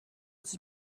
sie